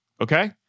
Okay